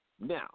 now